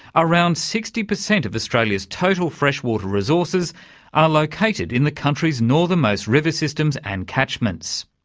around sixty per cent of australia's total freshwater resources are located in the country's northern-most river systems and catchments.